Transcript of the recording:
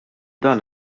dan